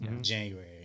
January